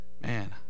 man